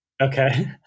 Okay